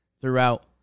throughout